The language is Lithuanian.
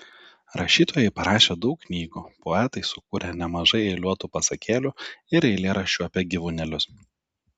rašytojai parašė daug knygų poetai sukūrė nemažai eiliuotų pasakėlių ir eilėraščių apie gyvūnėlius